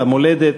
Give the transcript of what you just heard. במולדת,